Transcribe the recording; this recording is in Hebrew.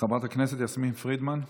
חברת הכנסת יסמין פרידמן.